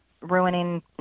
ruining